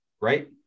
right